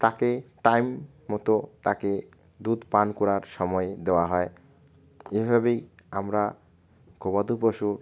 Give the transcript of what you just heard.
তাকে টাইম মতো তাকে দুধ পান করার সময় দেওয়া হয় এভাবেই আমরা গবাদি পশু